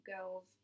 girls